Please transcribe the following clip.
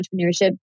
entrepreneurship